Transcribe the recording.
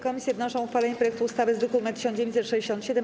Komisje wnoszą o uchwalenie projektu ustawy z druku nr 1967.